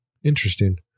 Interesting